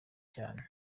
cyane